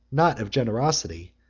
not of generosity,